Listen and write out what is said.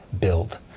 build